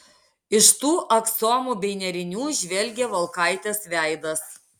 iš tų aksomų bei nėrinių žvelgė volkaitės veidas